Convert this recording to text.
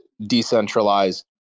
decentralized